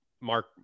mark